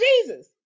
Jesus